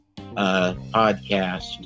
podcast